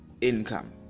income